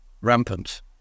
rampant